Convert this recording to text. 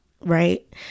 right